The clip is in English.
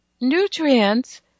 nutrients